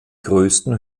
größten